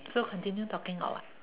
so continue talking or what